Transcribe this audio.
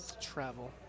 Travel